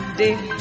day